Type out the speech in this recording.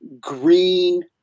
green